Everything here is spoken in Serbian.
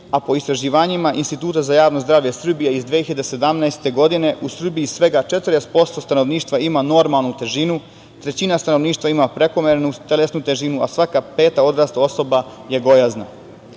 a po istraživanja Instituta za javno zdravlje Srbije iz 2017. godine 40% stanovništva ima normalnu težinu, trećina stanovništva ima prekomernu telesnu težinu, a svaka peta odrasla osoba je gojazna.U